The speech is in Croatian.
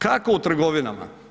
Kako u trgovinama?